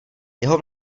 jeho